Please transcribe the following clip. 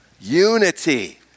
Unity